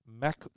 Mac